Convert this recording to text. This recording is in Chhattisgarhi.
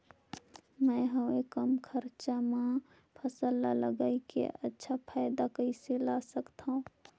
मैं हवे कम खरचा मा फसल ला लगई के अच्छा फायदा कइसे ला सकथव?